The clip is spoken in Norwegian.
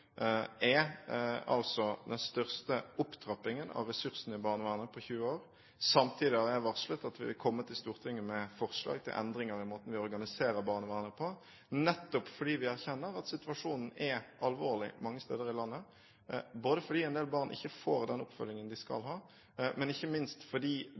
er altså den største opptrappingen av ressursene i barnevernet på 20 år. Samtidig har jeg varslet at vi vil komme til Stortinget med forslag til endringer i måten vi organiserer barnevernet på, nettopp fordi vi erkjenner at situasjonen er alvorlig mange steder i landet, både fordi en del barn ikke får den oppfølgingen de skal ha, og ikke minst fordi